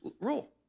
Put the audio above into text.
rule